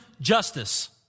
justice